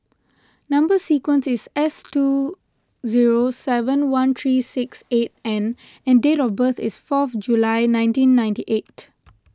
Number Sequence is S two zero seven one three six eight N and date of birth is fourth July nineteen ninety eight